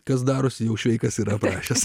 kas darosi jau šveikas yra prašęs